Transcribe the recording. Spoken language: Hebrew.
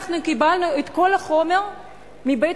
אנחנו קיבלנו את כל החומר מבית-הספר